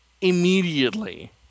immediately